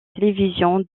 télévision